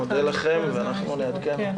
ואנחנו נעדכן.